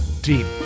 Deep